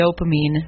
dopamine